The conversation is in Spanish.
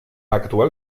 actual